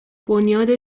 بنیاد